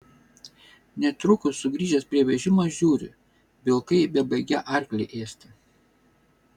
netrukus sugrįžęs prie vežimo žiūri vilkai bebaigią arklį ėsti